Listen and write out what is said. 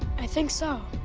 i think so.